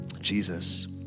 Jesus